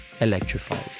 electrified